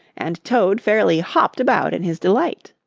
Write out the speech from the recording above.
and toad fairly hopped about in his delight.